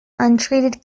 untreated